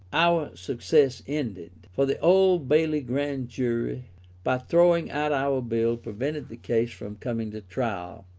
our success ended, for the old bailey grand jury by throwing out our bill prevented the case from coming to trial.